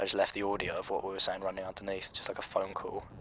ah left the audio of what we were saying running underneath, just like a phone call,